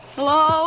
Hello